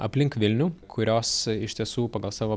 aplink vilnių kurios iš tiesų pagal savo